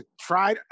try